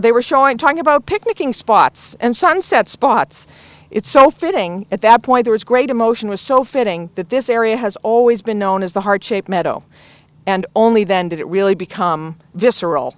they were showing talking about picnicking spots and sunset spots it's so fitting at that point there is great emotion was so fitting that this area has always been known as the heart shaped meadow and only then did it really become visceral